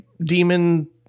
demon